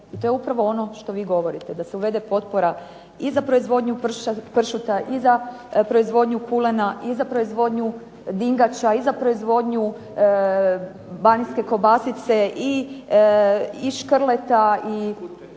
i to je upravo ono što vi govorite, da se uvede potpora i za proizvodnju pršuta i za proizvodnju kulena, i za proizvodnju dingača, i za proizvodnju …/Ne razumije se./… kobasice i škrleta i